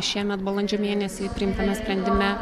šiemet balandžio mėnesį priimtame sprendime